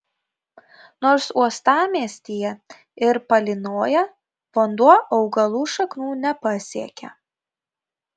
nors uostamiestyje ir palynoja vanduo augalų šaknų nepasiekia